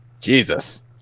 Jesus